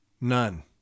None